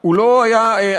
לא הסכים לדבריך.